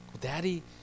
Daddy